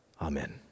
Amen